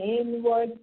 inward